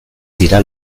dira